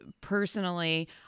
personally